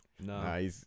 No